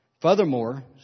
Furthermore